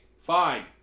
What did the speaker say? fine